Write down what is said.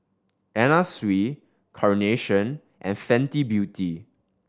Anna Sui Carnation and Fenty Beauty